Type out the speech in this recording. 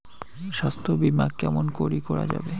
স্বাস্থ্য বিমা কেমন করি করা যাবে?